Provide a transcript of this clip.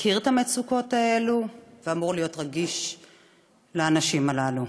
מכיר את המצוקות האלו ואמור להיות רגיש לאנשים הללו.